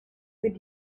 with